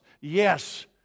Yes